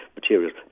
materials